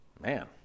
Man